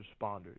responders